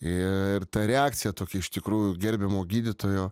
ir ta reakcija tokia iš tikrųjų gerbiamo gydytojo